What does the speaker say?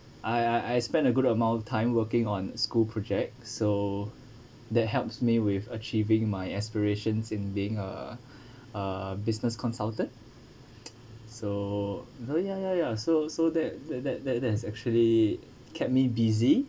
I I I spent a good amount of time working on school projects so that helps me with achieving my aspirations in being a a business consultant so ya ya ya so so that that that that that's actually kept me busy